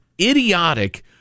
idiotic